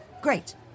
Great